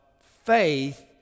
faith